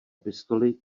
pistoli